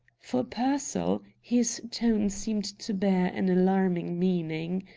for pearsall, his tone seemed to bear an alarming meaning.